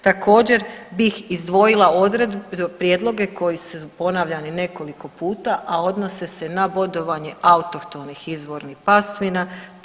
Također bih izdvojila prijedloge koji su ponavljani nekoliko puta, a odnose se na bodovanje autohtonih izvornih pasmina.